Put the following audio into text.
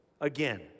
again